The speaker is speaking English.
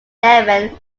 lemon